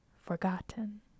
forgotten